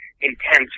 intense